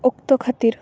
ᱚᱠᱛᱚ ᱠᱷᱟᱹᱛᱤᱨ